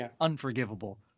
unforgivable